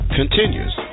continues